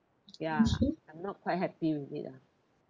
ya I'm not quite happy with it ah